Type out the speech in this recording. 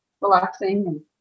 relaxing